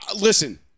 listen